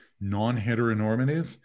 non-heteronormative